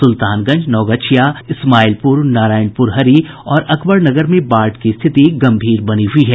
सुलतानगंज नवगछिया इस्माइलपुर नारायणपुर हरी और अकबर नगर में बाढ़ की स्थिति गंभीर बनी हुयी है